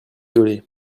dolez